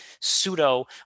pseudo